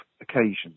occasions